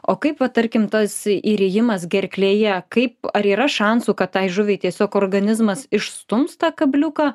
o kaip va tarkim tas įrėjimas gerklėje kaip ar yra šansų kad tai žuviai tiesiog organizmas išstums tą kabliuką